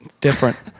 different